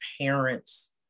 parents